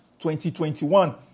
2021